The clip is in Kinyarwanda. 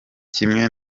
kimwe